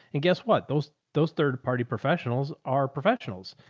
and guess what? those, those third party professionals are professionals,